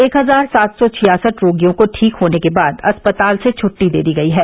एक हजार सात सौ छियासठ रोगियों को ठीक होने के बाद अस्पताल से छुट्टी दे दी गयी है